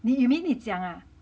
你 you mean 你讲啊